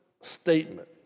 statement